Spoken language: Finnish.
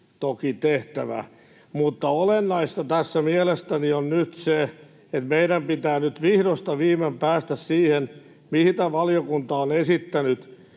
toki tehtävä. Mutta olennaista tässä mielestäni on nyt se, että meidän pitää nyt vihdosta viimein päästä siihen, mitä valiokunta on esittänyt,